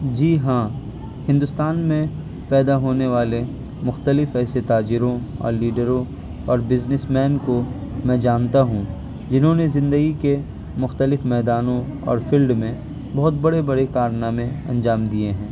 جی ہاں ہندوستان میں پیدا ہونے والے مختلف ایسے تاجروں اور لیڈروں اور بزنس مین کو میں جانتا ہوں جنہوں نے زندگی کے مختلف میدانوں اور فیلڈ میں بہت بڑے بڑے کارنامے انجام دیے ہیں